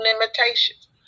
limitations